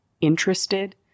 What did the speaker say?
interested